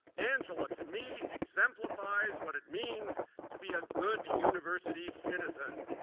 angela to me exemplifies what it means to be a good university citizen.